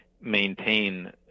maintain